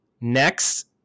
Next